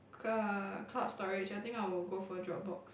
c~ cloud storage I think I would go for dropbox